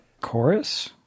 Chorus